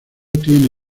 tiene